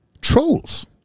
trolls